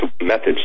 methods